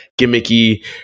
gimmicky